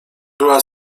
była